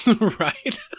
Right